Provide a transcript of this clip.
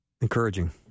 encouraging